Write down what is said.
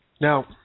Now